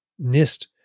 NIST